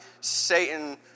Satan